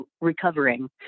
recovering